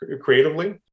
creatively